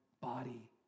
body